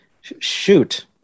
shoot